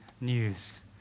news